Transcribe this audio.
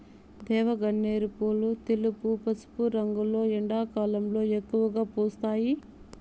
దేవగన్నేరు పూలు తెలుపు, పసుపు రంగులో ఎండాకాలంలో ఎక్కువగా పూస్తాయి